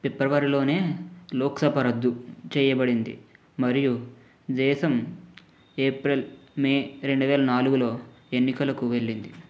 ఫిబ్రవరిలోనే లోక్సభ రద్దు చేయబడింది మరియు దేశం ఏప్రిల్ మే రెండువేల నాలుగులో ఎన్నికలకు వెళ్లింది